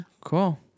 Cool